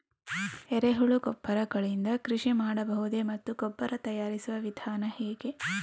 ಎರೆಹುಳು ಗೊಬ್ಬರ ಗಳಿಂದ ಕೃಷಿ ಮಾಡಬಹುದೇ ಮತ್ತು ಗೊಬ್ಬರ ತಯಾರಿಸುವ ವಿಧಾನ ಹೇಗೆ?